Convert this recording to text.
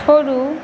छोड़ू